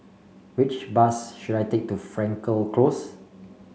which bus should I take to Frankel Close